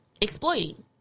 exploiting